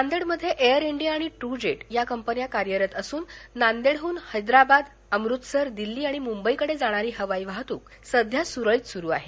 नांदेडमध्ये Air India आणि TruJet या कंपन्या कार्यरत असून नांदेडहन हैदराबाद अमृतसर दिल्ली आणि मुंबईकडे जाणारी हवाई वाहत्रक सध्या सुरळीत सुरू आहे